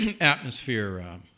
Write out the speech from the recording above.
atmosphere